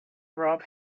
bob